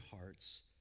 hearts